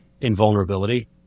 invulnerability